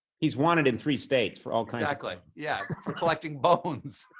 he's wanted in three states for um exactly. yeah for collecting bones.